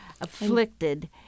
afflicted